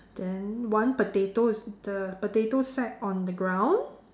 then one potato is the potato sack on the ground